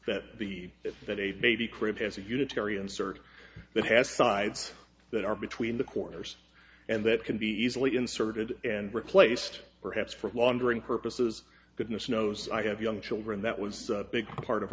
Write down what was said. insert that has sides that are between the corners and that can be easily inserted and replaced perhaps for laundering purposes goodness knows i have young children that was a big part of